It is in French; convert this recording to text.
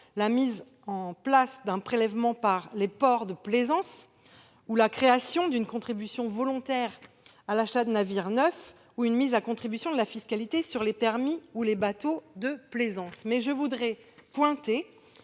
la mise en place d'un prélèvement par les ports de plaisance, la création d'une contribution volontaire à l'achat de navires neufs ou une mise à contribution de la fiscalité sur les permis ou les bateaux de plaisance. Je veux toutefois relever